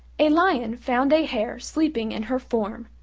a lion found a hare sleeping in her form,